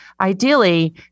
ideally